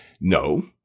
No